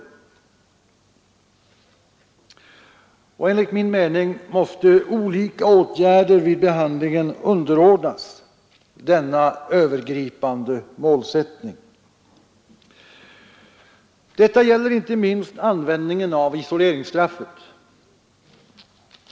Olika åtgärder vid behandlingen måste underordnas denna övergripande målsättning. Detta gäller inte minst användningen av isoleringsstraffet.